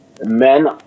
men